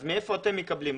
אז מאיפה אתם מקבלים?